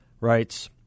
writes